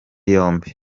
yombi